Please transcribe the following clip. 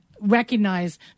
recognize